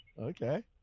Okay